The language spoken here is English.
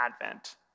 Advent